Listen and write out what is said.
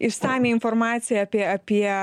išsamią informaciją apie apie